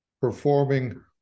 performing